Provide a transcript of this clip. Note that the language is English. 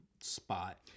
spot